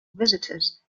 visitors